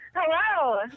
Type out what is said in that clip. Hello